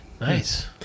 Nice